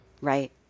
right